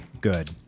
good